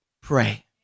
pray